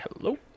Hello